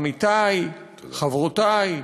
עמיתי, חברותי,